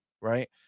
right